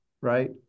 right